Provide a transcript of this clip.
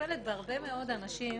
בהרבה מאוד אנשים